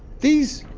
these